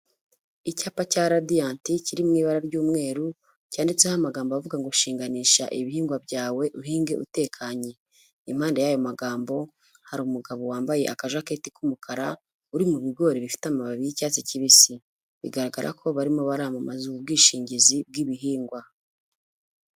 Icyapa cya Radiant kiri mu ibara ry'umweru, cyanditseho amagambo avuga ngo shinganisha ibihingwa byawe uhinge utekanye, impande y'ayo magambo hari umugabo wambaye akajaketi k'umukara uri mu bigori bifite amababi y'icyatsi kibisi, bigaragara ko barimo baramama ubu bwishingizi bw'ibihingwa.